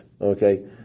Okay